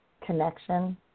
connection